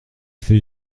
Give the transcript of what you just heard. fait